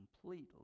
completely